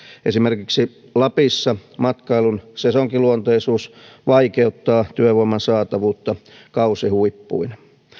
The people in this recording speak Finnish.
esimerkiksi lapissa matkailun sesonkiluonteisuus vaikeuttaa työvoiman saatavuutta kausihuippuina